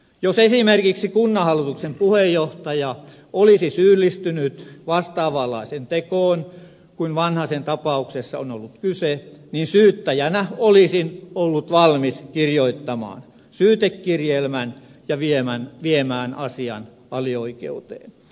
jos esimerkiksi kunnanhallituksen puheenjohtaja olisi syyllistynyt vastaavanlaiseen tekoon kuin vanhasen tapauksessa on ollut kyse niin syyttäjänä olisin ollut valmis kirjoittamaan syytekirjelmän ja viemään asian alioikeuteen